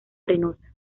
arenosa